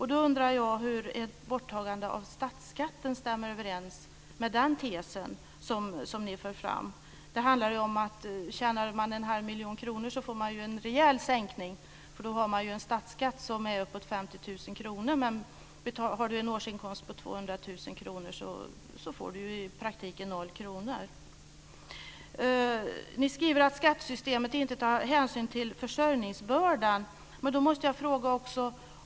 Jag undrar hur ett borttagande av statsskatten stämmer överens med den tes som ni för fram och som går ut på att om man tjänar en halv miljon kronor får man en rejäl sänkning. Då betalar man ju nu en statsskatt om 50 000 kr. Den som har en årsinkomst under 200 000 kr betalar i praktiken 0 kr i statlig skatt. Ni skriver att skattesystemet inte har hänsyn till försörjningsbördan.